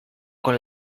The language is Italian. con